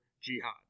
jihad